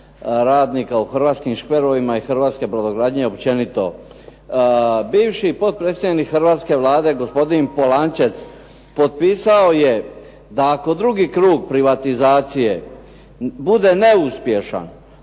radnika u hrvatskim škverovima i hrvatske brodogradnje općenito. Bivši potpredsjednik hrvatske Vlade gospodin Polančec potpisao je da ako drugi krug privatizacije bude neuspješan,